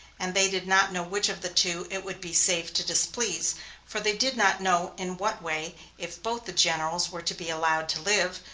and they did not know which of the two it would be safe to displease for they did not know in what way, if both the generals were to be allowed to live,